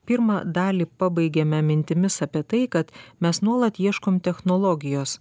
pirmą dalį pabaigėme mintimis apie tai kad mes nuolat ieškom technologijos